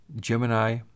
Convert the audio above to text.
Gemini